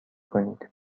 کنید